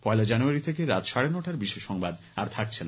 পয়লা জানুয়ারি থেকে রাত সাড়ে নটার বিশেষ সংবাদ আর থাকছে না